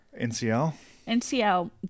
NCL